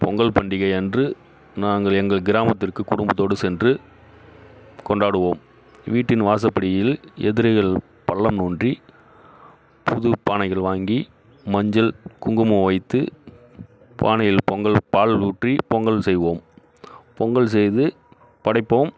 பொங்கல் பண்டிகை அன்று நாங்கள் எங்கள் கிராமத்திற்கு குடும்பத்தோடு சென்று கொண்டாடுவோம் வீட்டின் வாசற்படியில் எதுருகள் பள்ளம் நோண்டி புதுப் பானைகள் வாங்கி மஞ்சள் குங்குமம் வைத்து பானையில் பொங்கல் பால் ஊற்றி பொங்கல் செய்வோம் பொங்கல் செய்து படைப்போம்